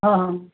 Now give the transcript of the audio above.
ہاں ہاں